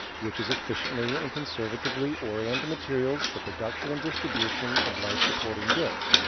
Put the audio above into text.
which is efficiently and conservatively orient the materials for production and distribution of life supporting goods.